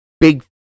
big